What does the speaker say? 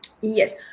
yes